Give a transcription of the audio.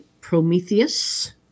Prometheus